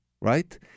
Right